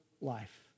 life